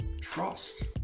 Trust